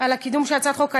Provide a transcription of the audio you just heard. על הקידום של הצעת החוק.